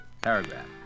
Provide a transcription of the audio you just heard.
paragraph